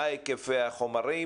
מה היקפי החומרים,